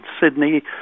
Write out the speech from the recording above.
Sydney